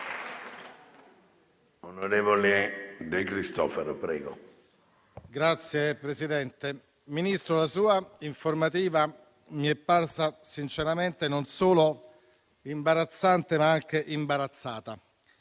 Signor Ministro, la sua informativa mi è parsa sinceramente non solo imbarazzante, ma anche imbarazzata.